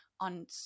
on